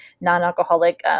non-alcoholic